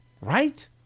right